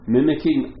Mimicking